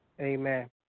Amen